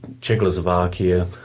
Czechoslovakia